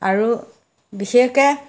আৰু বিশেষকৈ